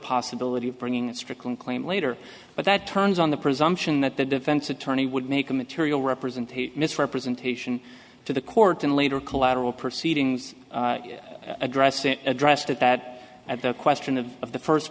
possibility of bringing a stricken claim later but that turns on the presumption that the defense attorney would make a material representation misrepresentation to the court and later collateral proceedings address it addressed at that at the question of of the first